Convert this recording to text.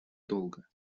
долга